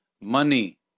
money